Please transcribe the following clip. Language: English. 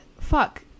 Fuck